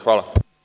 Hvala.